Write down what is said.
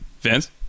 vince